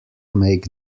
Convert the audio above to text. make